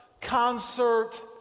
concert